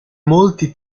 molti